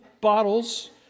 bottles